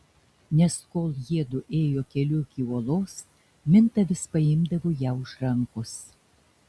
nes kol jiedu ėjo keliu iki uolos minta vis paimdavo ją už rankos